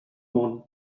món